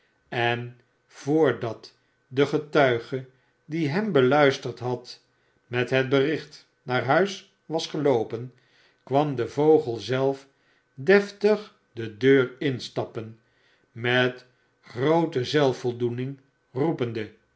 en voordat de getmge die hem beluisterd had met het bericht naar huis was geloopen kwam de vogel zelf deftig de deur instappen met groote zelfvoldoemng roepende